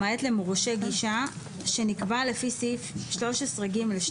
למעט למורשה גישה שנקבע לפי סעיף 13(ג)(2),